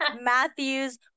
Matthew's